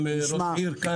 תודה רבה, יושב-ראש הוועדה.